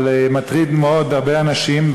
אבל זה מטריד מאוד הרבה אנשים,